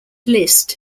list